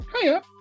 Hiya